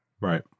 right